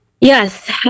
Yes